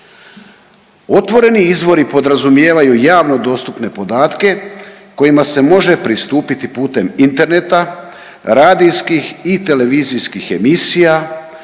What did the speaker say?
Otvoreni izvori podrazumijevaju javno dostupne podatke kojima se može pristupiti putem interneta, radijskih i televizijskih emisija,